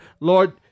Lord